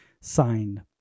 signed